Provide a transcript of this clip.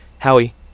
Howie